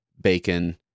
bacon